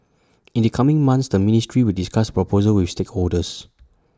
in the coming months the ministry will discuss proposal with stakeholders